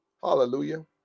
hallelujah